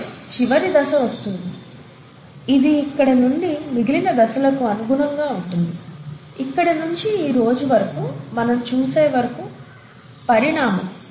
ఆపై చివరి దశ వస్తుంది ఇది ఇక్కడ నుండి మిగిలిన దశలకు అనుగుణంగా ఉంటుంది ఇక్కడ నుండి ఈ రోజు వరకు మనం చూసే వరకు పరిణామం